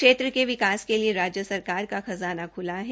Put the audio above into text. क्षेत्र के विकास के लिए राज्य सरकार का खजाना खुला हुआ है